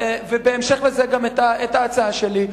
ובהמשך לזה גם ההצעה שלי,